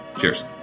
Cheers